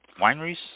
wineries